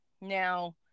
Now